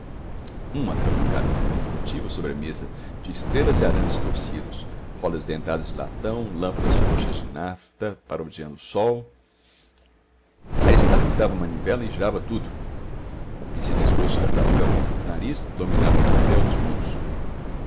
um atravancamento indescritível sobre a mesa de estrelas e arames torcidos rodas dentadas de latão lâmpadas frouxas de nafta parodiando o sol aristarco dava à manivela e girava tudo com o pince-nez grosso de tartaruga à ponta do nariz dominava o tropel dos mundos